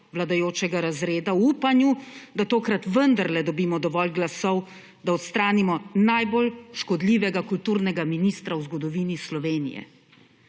vladajočega razreda v upanju, da tokrat vendarle dobimo dovolj glasov, da odstranimo najbolj škodljivega kulturnega ministra v zgodovini Slovenije.